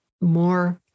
more